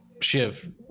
Shiv